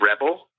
Rebel